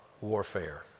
warfare